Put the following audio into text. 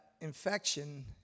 infection